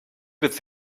with